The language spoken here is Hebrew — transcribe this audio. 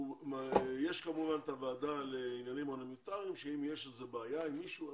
יש כמובן את הוועדה לעניינים הומניטריים שאם יש איזו בעיה עם מישהו,